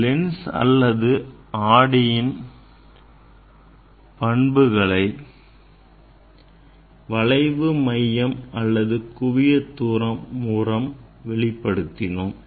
lens அல்லது ஆடியின் பண்புகளை வளைவு மையம் அல்லது குவியத் தூரம் மூலம் வெளிப்படுத்தினோம்